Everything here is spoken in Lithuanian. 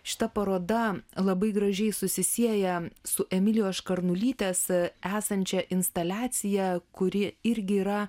šita paroda labai gražiai susisieja su emilijos škarnulytės esančia instaliacija kuri irgi yra